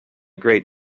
great